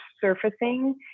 surfacing